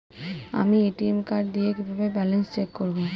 আমি ATM card দিয়ে কিভাবে ব্যালেন্স চেক করব?